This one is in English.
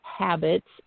habits